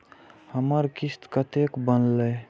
हमर किस्त कतैक बनले?